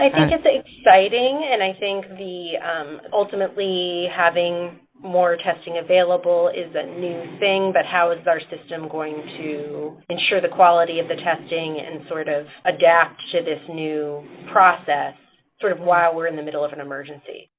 i think it's exciting. and i think the um ultimately, having more testing available is a new thing. but how is our system going to ensure the quality of the testing and sort of adapt to this new process sort of while we're in the middle of an emergency?